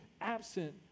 absent